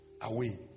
away